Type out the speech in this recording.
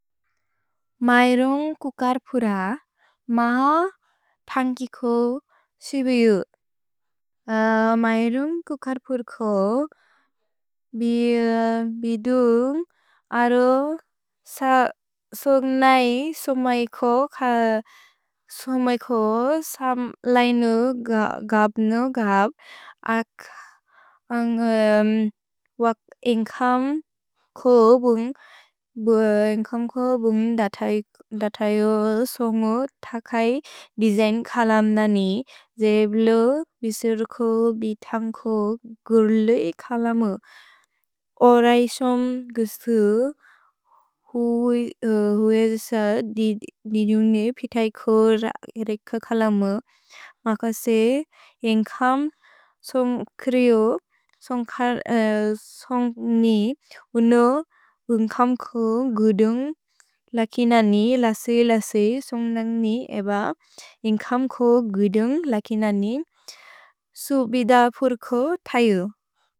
मए रुन्ग् कुकर् पुर मा थन्ग्कि को सिबु यु। मए रुन्ग् कुकर् पुर को बि दून्ग् अरो सोन्ग् नै सोमै को, सोमै को सम् लैन गप् न गप्, अक् वक् एन्ग्कम् को बुन्ग् दतयो सोन्गो तकै दिजेन् कलम् ननि, जे ब्लो बिसुर् को, बितन्ग् को गुर्ले कलम। ओरै सोम् गुसु हुवेज दि दून्ग् ने पितै को एरेक कलम, मक से एन्ग्कम् सोन्ग् क्रिओ, सोन्ग् नि उनो बुन्ग् कम् को गुदुन्ग् लकिननि, लसे लसे सोन्ग् नन्ग् नि एब, एन्ग्कम् को गुदुन्ग् लकिननि, सुबिद पुर को तयो।